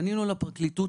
פנינו לפרקליטות,